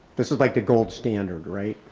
this is like the gold standard, right?